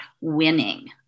winning